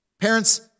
Parents